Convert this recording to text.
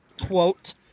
Quote